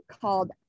called